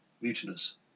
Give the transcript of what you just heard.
mutinous